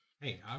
Hey